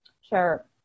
Sure